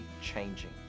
changing